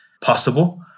possible